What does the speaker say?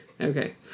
Okay